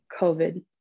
COVID